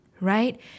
right